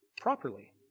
properly